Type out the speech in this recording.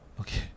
Okay